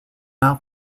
now